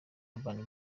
urban